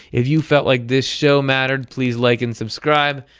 if you felt like this show matters please like and subscribe.